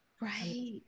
Right